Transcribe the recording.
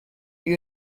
you